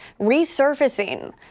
resurfacing